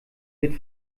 wird